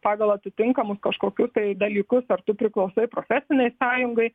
pagal atitinkamus kažkokius tai dalykus ar tu priklausai profesinei sąjungai